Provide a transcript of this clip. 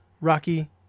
Rocky